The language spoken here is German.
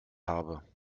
habe